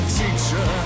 teacher